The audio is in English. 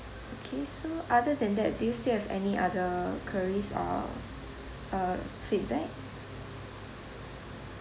okay so other than that do you still have any other queries or uh feedback